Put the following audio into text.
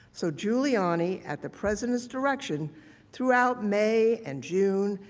so giuliani at the president's direction throughout may and june,